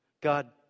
God